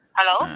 Hello